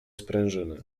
sprężyny